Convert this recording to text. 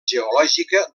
geològica